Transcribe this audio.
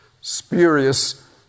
spurious